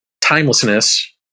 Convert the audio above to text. timelessness